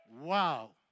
Wow